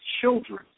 children